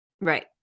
Right